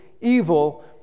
evil